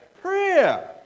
Prayer